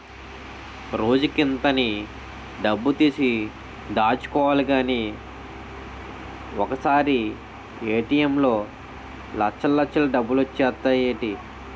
రోజుకింత అని డబ్బుతీసి దాచుకోలిగానీ ఒకసారీ ఏ.టి.ఎం లో లచ్చల్లచ్చలు డబ్బులొచ్చేత్తాయ్ ఏటీ?